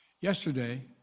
Yesterday